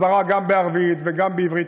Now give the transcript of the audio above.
הסברה גם בערבית וגם בעברית.